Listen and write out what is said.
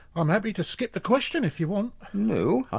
i'm happy to skip the question if you want no,